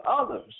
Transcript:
others